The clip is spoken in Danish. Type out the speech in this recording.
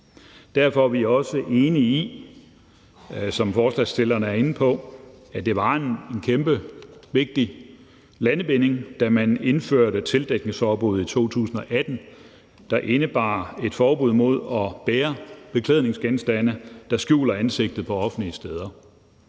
er inde på, nemlig at det var en kæmpestor og vigtig landvinding, da man indførte tildækningsforbuddet i 2018, der indebar et forbud mod at bære beklædningsgenstande, der skjuler ansigtet, på offentlige steder.